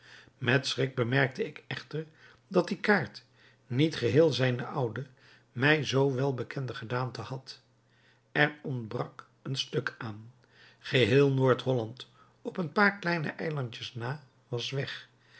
met schrik bemerkte ik echter dat die kaart niet geheel zijne oude mij zoo wel bekende gedaante had er ontbrak een stuk aan geheel noord-holland op een paar kleine eilandjes na was weg